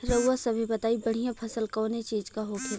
रउआ सभे बताई बढ़ियां फसल कवने चीज़क होखेला?